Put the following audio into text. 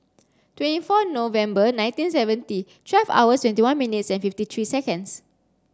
twenty four November nineteen seventy twelve hours twenty one minutes and fifty three seconds